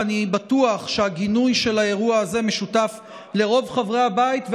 ואני בטוח שהגינוי של האירוע הזה משותף לרוב חברי הבית,